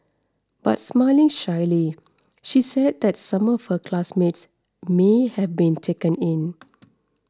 but smiling shyly she said that some of her classmates may have been taken in